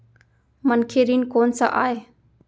मनखे ऋण कोन स आय?